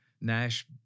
Nash